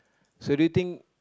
so do you think